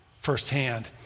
firsthand